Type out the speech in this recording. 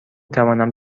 توانم